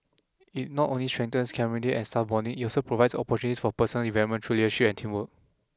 it not only strengthens camaraderie and staff bonding it also provides opportunities for personal development through leadership and teamwork